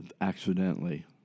accidentally